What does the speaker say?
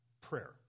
prayer